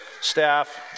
staff